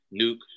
Nuke